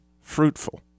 fruitful